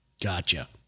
Gotcha